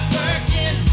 working